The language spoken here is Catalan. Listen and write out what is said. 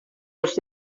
els